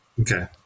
Okay